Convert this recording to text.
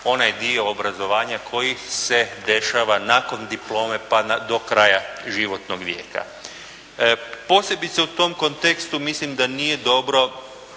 onaj dio obrazovanja koji se dešava nakon diplome pa do kraja životnog vijeka. Posebice u tom kontekstu mislim da nije dobro